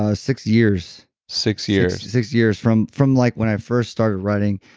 ah six years six years six years from from like when i first started writing,